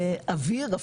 אוויר,